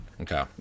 Okay